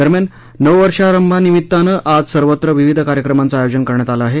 दरम्यान नववर्षारंभानिमित्तानं आज सर्वत्र विविध कार्यक्रमांचं आयोजन करण्यात आलं आहे